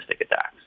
attacks